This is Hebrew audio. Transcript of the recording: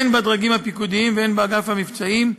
הן בדרגים הפיקודיים והן באגף המבצעים,